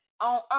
on